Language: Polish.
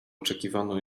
oczekiwaniu